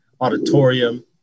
auditorium